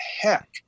heck